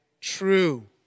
true